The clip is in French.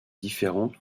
différentes